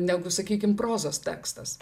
negu sakykim prozos tekstas